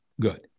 good